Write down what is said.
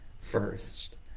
first